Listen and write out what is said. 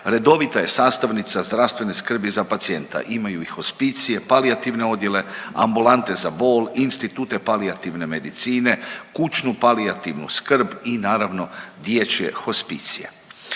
redovita je sastavnica zdravstvene skrbi za pacijenta, imaju i hospicije, palijativne odjele, ambulante za bol, institute palijativne medicine, kućnu palijativnu skrb i naravno dječje hospicije.